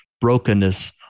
brokenness